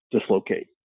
dislocate